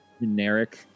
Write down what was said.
generic